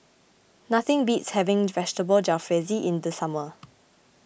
nothing beats having Vegetable Jalfrezi in the summer